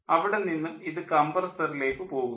അവിടെ നിന്നും ഇത് കംപ്രസ്സറിലേക്ക് പോകുന്നു